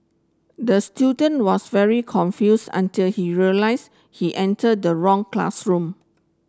the student was very confused until he realized he entered the wrong classroom